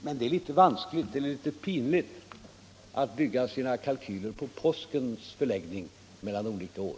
Det är litet pinligt att bygga sina kalkyler på påskens förläggning olika år.